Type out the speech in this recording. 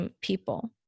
people